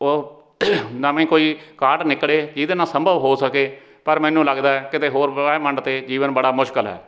ਉਹ ਨਵੀਂ ਕੋਈ ਕਾਢ ਨਿਕਲੇ ਜਿਹਦੇ ਨਾਲ ਸੰਭਵ ਹੋ ਸਕੇ ਪਰ ਮੈਨੂੰ ਲੱਗਦਾ ਕਿਤੇ ਹੋਰ ਬ੍ਰਹਿਮੰਡ 'ਤੇ ਜੀਵਨ ਬੜਾ ਮੁਸ਼ਕਲ ਹੈ